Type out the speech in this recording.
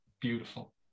beautiful